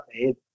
made